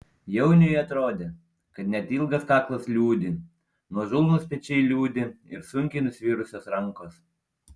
jauniui atrodė kad net ilgas kaklas liūdi nuožulnūs pečiai liūdi ir sunkiai nusvirusios rankos